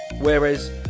whereas